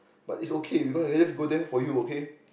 but it's okay because I just go there for you okay